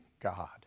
God